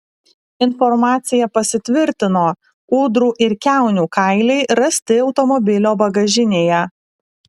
informacija pasitvirtino ūdrų ir kiaunių kailiai rasti automobilio bagažinėje